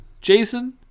Jason